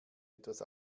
etwas